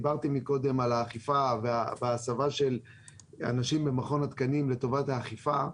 דיברתם מקודם על האכיפה והסבה של אנשים במכון התקנים לטובת האכיפה.